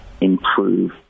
improve